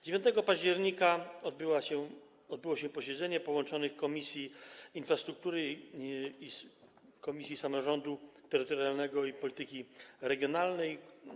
9 października odbyło się posiedzenie połączonych Komisji Infrastruktury oraz Komisji Samorządu Terytorialnego i Polityki Regionalnej.